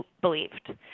believed